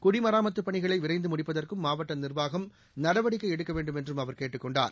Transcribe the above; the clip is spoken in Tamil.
குடிமராமத்து பணிகளை விரைந்து முடிப்பதற்கும் மாவட்ட நிர்வாகம் நடவடிக்கை எடுக்க வேண்டும் என்றும் அவர் கேட்டுக் கொண்டார்